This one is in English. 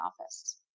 office